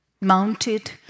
mounted